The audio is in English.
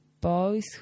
boys